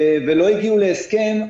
ולא הגיעו להסכם,